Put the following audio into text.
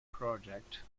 project